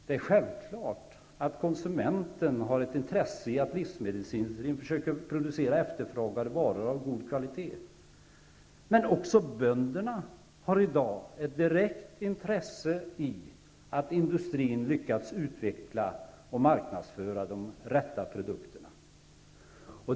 Det är självklart att konsumenten har ett intresse av att livsmedelsindustrin försöker producera efterfrågade varor av god kvalitet. Men också bönderna har i dag ett direkt intresse av att industrin lyckas utveckla och marknadsföra de rätta produkterna. Herr talman!